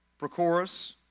Prochorus